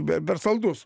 be per saldus